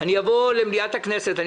אבוא למליאת הכנסת,